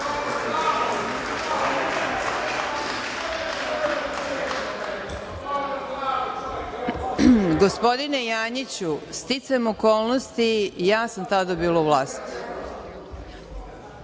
Gospodine Janjiću, sticajem okolnosti ja sam tada bila vlast.